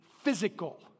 physical